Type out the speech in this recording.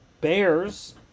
Bears